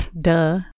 Duh